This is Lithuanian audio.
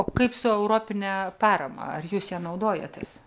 o kaip su europine parama ar jūs ja naudojatės